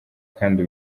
kandi